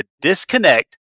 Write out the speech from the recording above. disconnect